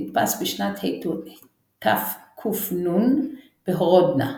נדפס בשנת התק"ן בהורדנא.